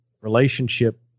relationship